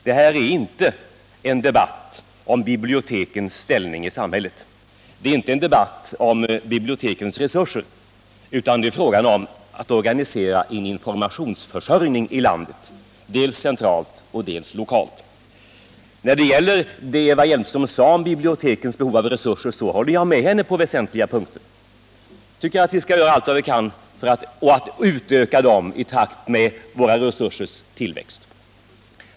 Det här är inte en debatt om bibliotekens ställning i samhället och inte heller en debatt om bibliotekens resurser, utan det är fråga om att organisera en informationsförsörjning i landet, dels centralt, dels lokalt. När det gäller bibliotekens behov av resurser håller jag med Eva Hjelmström på flera punkter. Jag tycker att vi skall göra allt vi kan för att utöka dem i takt med våra resursers tillväxt.